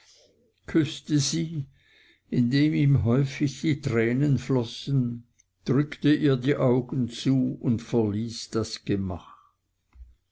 küßte sie indem ihm häufig die tränen flossen drückte ihr die augen zu und verließ das gemach